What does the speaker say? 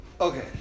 Okay